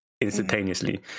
instantaneously